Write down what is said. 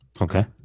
Okay